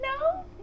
no